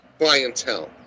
clientele